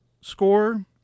score